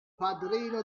padrino